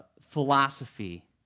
philosophy